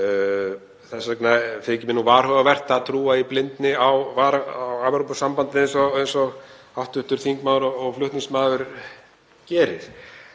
Þess vegna þykir mér varhugavert að trúa í blindni á Evrópusambandið eins og hv. þingmaður og flutningsmaður gerir.